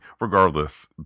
regardless